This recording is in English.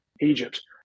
Egypt